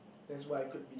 that's why I could be